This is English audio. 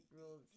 rules